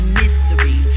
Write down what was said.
mystery